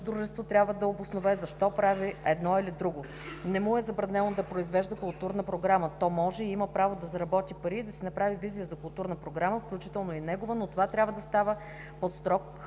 дружество трябва да се обоснове защо прави едно или друго. Не му е забранено да произвежда културна програма, то може и има право да заработи пари и да си направи визия за културна програма, включително и негова, но това трябва да става под строг контрол.